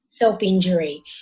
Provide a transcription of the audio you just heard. self-injury